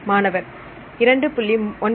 மாணவர் 2